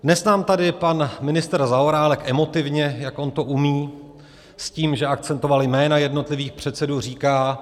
Dnes nám tady pan ministr Zaorálek emotivně, jak on to umí, s tím, že akcentoval jména jednotlivých předsedů, říká.